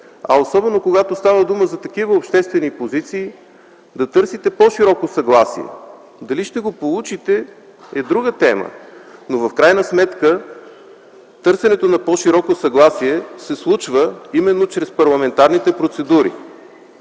а особено когато става дума за такива обществени позиции, да търсите по-широко съгласие. Дали ще го получите, е друга тема, но в крайна сметка търсенето на по-широко съгласие се случва именно чрез парламентарните процедури.